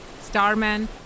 starman